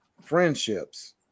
friendships